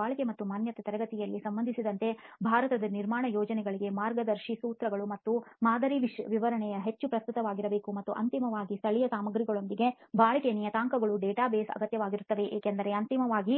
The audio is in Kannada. ಬಾಳಿಕೆ ಮತ್ತು ಮಾನ್ಯತೆ ತರಗತಿಗಳಿಗೆ ಸಂಬಂಧಿಸಿದಂತೆ ಭಾರತದಲ್ಲಿ ನಿರ್ಮಾಣ ಯೋಜನೆಗಳಿಗೆ ಮಾರ್ಗದರ್ಶಿ ಸೂತ್ರಗಳು ಮತ್ತು ಮಾದರಿ ವಿವರಣೆಯು ಹೆಚ್ಚು ಪ್ರಸ್ತುತವಾಗಬೇಕಿದೆ ಮತ್ತು ಅಂತಿಮವಾಗಿ ಸ್ಥಳೀಯ ಸಾಮಗ್ರಿಗಳೊಂದಿಗೆ ಬಾಳಿಕೆ ನಿಯತಾಂಕಗಳ ಡೇಟಾಬೇಸ್ ಅಗತ್ಯವಾಗಿರುತ್ತದೆ ಏಕೆಂದರೆ ಅಂತಿಮವಾಗಿ